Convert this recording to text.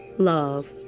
love